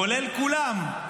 כולל כולם,